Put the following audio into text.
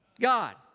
God